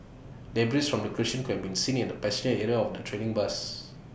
debris from the collision could be seen in the passenger area of the trailing bus